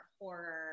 horror